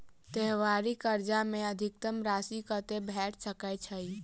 त्योहारी कर्जा मे अधिकतम राशि कत्ते भेट सकय छई?